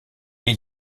est